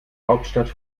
hauptstadt